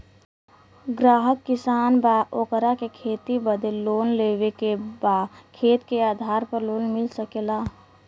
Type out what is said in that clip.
ग्राहक किसान बा ओकरा के खेती बदे लोन लेवे के बा खेत के आधार पर लोन मिल सके ला?